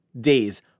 days